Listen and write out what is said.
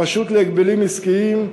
הרשות להגבלים עסקיים,